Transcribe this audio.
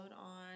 on